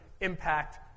impact